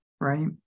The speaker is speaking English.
Right